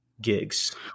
gigs